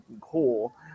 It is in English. cool